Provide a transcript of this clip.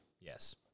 Yes